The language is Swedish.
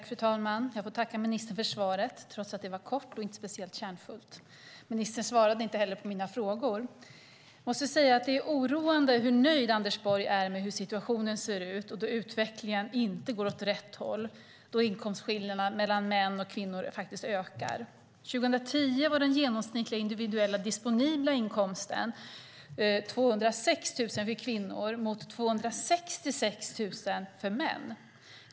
Fru talman! Jag får tacka ministern för svaret, trots att det var kort och inte speciellt kärnfullt. Ministern svarade inte heller på mina frågor. Jag måste säga att det är oroande hur nöjd Anders Borg är med hur situationen ser ut, då utvecklingen inte går åt rätt håll och då inkomstskillnaderna mellan män och kvinnor faktiskt ökar. År 2010 var den genomsnittliga individuella disponibla inkomsten 206 000 kronor för kvinnor mot 266 000 kronor för män.